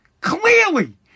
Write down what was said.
clearly